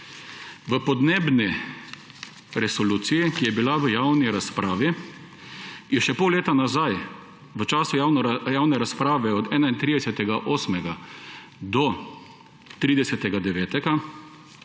V podnebni resoluciji, ki je bila v javni razpravi, je še pol leta nazaj, v času javne razprave od 31. 8. do 30.